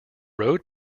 road